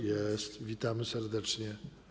Jest, witamy serdecznie.